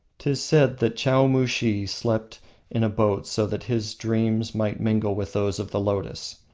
tis said that chowmushih slept in a boat so that his dreams might mingle with those of the lotus.